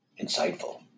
insightful